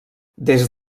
des